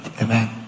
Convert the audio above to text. amen